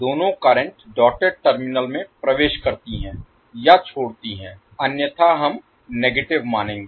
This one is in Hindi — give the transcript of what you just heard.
दोनों करंट डॉटेड टर्मिनलों में प्रवेश करती हैं या छोड़ती हैं अन्यथा हम नेगेटिव मानेंगे